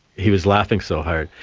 he was laughing so hard.